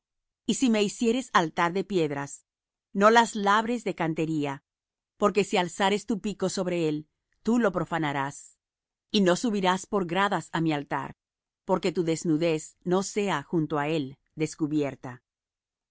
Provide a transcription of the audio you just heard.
y si me hicieres altar de piedras no las labres de cantería porque si alzares tu pico sobre él tú lo profanarás y no subirás por gradas á mi altar porque tu desnudez no sea junto á él descubierta